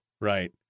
Right